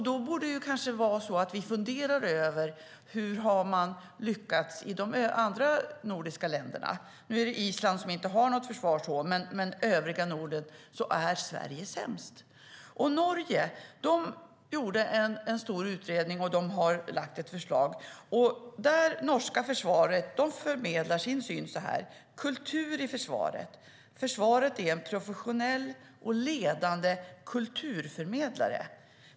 Då borde vi kanske fundera över hur man har lyckats i de andra nordiska länderna. Island har inte något liknande försvar, men i övriga Norden är Sverige sämst. Norge gjorde en stor utredning och har lagt fram ett förslag. Det norska försvaret förmedlar sin syn så här: Kultur i Försvaret - Försvaret är en professionell och ledande kulturförmedlare.